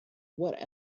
what